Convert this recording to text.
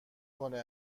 کنه